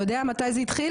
אתה יודע מתי זה התחיל?